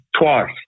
twice